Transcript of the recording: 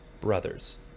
brothers